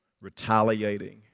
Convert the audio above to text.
retaliating